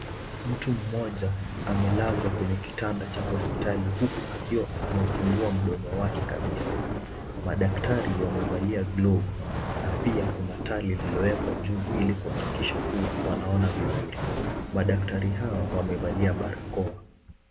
Mtu mmoja amelazwa kwenye kitanda cha hospitali huku akiwa amefungwa mdomo wake kabisa, madaktari wamevalia glovu na pia kuna taa lililowekwa juu ilikuhakikisha kuwa wanaona vizuri, madaktari hawa wamevalia barakoa.